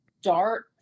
start